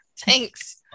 Thanks